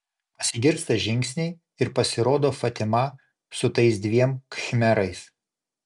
pasigirsta žingsniai ir pasirodo fatima su tais dviem khmerais